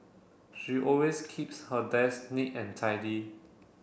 she always keeps her desk neat and tidy